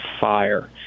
fire